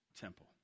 temple